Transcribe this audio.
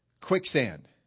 quicksand